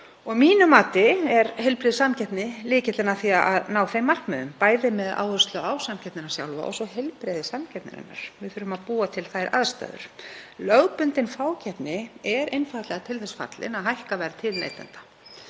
Að mínu mati er heilbrigð samkeppni lykillinn að því að ná þeim markmiðum, bæði með áherslu á samkeppnina sjálfa og svo heilbrigði samkeppninnar. Við þurfum að búa til slíkar aðstæður. Lögbundin fákeppni er einfaldlega til þess fallin að hækka verð til neytenda.